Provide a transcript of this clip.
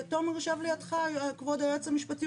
ותומר ישב לידך כבוד היועץ המשפטי,